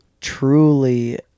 truly